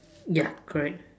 ya correct